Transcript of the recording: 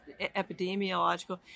epidemiological